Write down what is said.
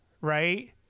right